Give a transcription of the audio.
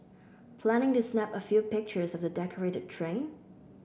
planning to snap a few pictures of the decorated train